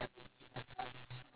you are [what]